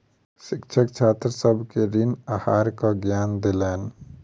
शिक्षक छात्र सभ के ऋण आहारक ज्ञान देलैन